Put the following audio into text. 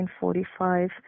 1945